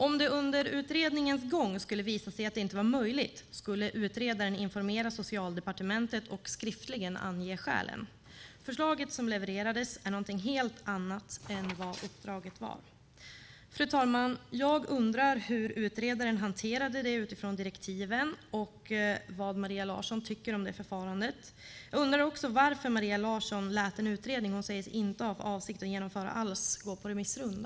Om det under utredningens gång skulle visa sig att detta inte var möjligt skulle utredaren informera Socialdepartementet och skriftligen ange skälen. Det förslag som levererades är något helt annat än vad som var uppdraget. Fru talman! Jag undrar hur utredaren hanterade detta utifrån direktiven och vad Maria Larsson tycker om det förfarandet. Jag undrar också varför hon lät en utredning vars förslag hon säger sig inte ha för avsikt att genomföra gå på remissrunda.